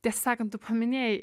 tiesą sakant tu paminėjai